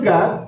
God